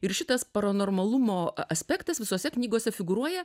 ir šitas paranormalumo aspektas visose knygose figūruoja